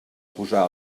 posar